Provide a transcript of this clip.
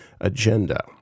agenda